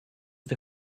the